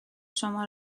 شما